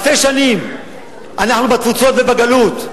אלפי שנים אנחנו בתפוצות ובגלות.